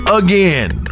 again